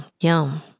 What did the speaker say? yum